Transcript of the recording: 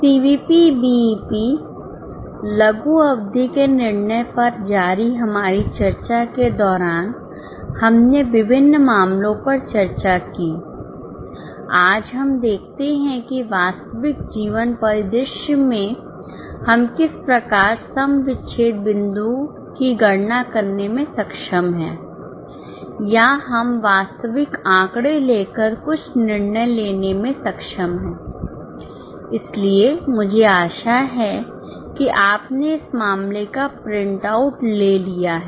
CVP ले लिया है